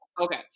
okay